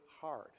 hard